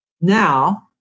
now